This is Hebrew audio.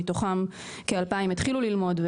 מתוכם כ-2,000 התחילו ללמוד,